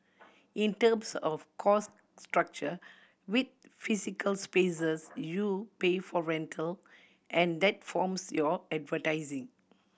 in terms of cost structure with physical spaces you pay for rental and that forms your advertising